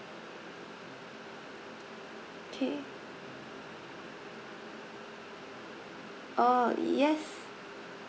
okay oh yes